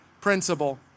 principle